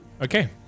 Okay